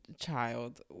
child